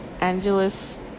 Angeles